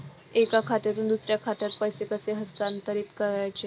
एका खात्यातून दुसऱ्या खात्यात पैसे कसे हस्तांतरित करायचे